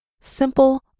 Simple